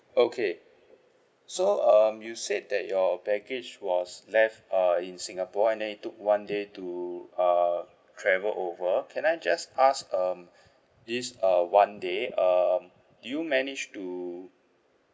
okay so um you said that your baggage was left uh in singapore and then it took one day to uh travel over can I just ask um this uh one day um do you manage to